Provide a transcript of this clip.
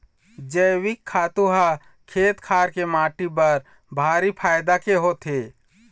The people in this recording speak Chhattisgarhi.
जइविक खातू ह खेत खार के माटी बर भारी फायदा के होथे